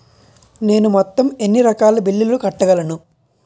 నేను మొత్తం ఎన్ని రకాల బిల్లులు కట్టగలను?